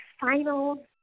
final